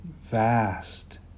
Vast